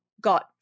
got